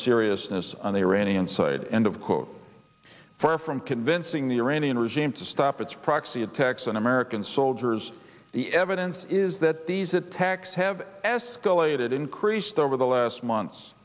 seriousness on the iranian side end of quote far from convincing the iranian regime to stop its proxy attacks on american soldiers the evidence is that these attacks have escalated increased over the last month